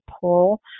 pull